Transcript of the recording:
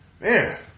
man